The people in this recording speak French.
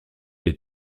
les